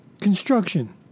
Construction